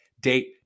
date